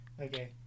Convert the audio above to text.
Okay